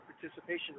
participation